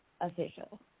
Official